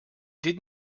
did